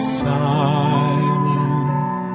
silent